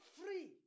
free